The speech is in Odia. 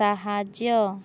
ସାହାଯ୍ୟ